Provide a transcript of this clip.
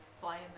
Fly